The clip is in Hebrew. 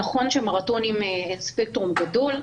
נכון שמרתונים זה ספקטרום גדול,